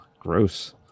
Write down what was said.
Gross